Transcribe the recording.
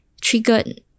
triggered